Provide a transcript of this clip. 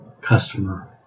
customer